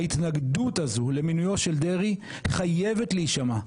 ההתנגדות הזו למינויו של דרעי חייבת להישמע,